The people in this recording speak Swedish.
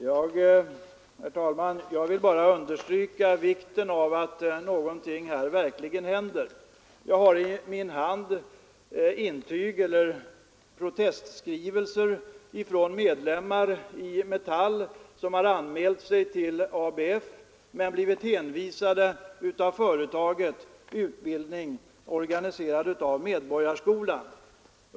Herr talman! Jag vill bara understryka vikten av att någonting verkligen händer här. Jag har i min hand protestskrivelser från medlemmar i Metall som har anmält sig till ABF men av företaget blivit hänvisade till utbildning organiserad av Medborgarskolan.